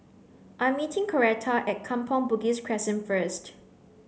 I meeting Coretta at Kampong Bugis Crescent first